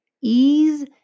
ease